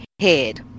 head